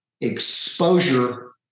exposure